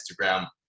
Instagram